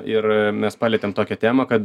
ir mes palietėm tokią temą kad